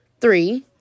Three